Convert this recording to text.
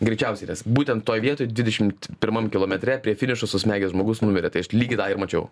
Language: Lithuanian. greičiausiai tas būtent toj vietoj dvidešimt pirmam kilometre prie finišo susmegęs žmogus numirė tai aš lygiai tą ir mačiau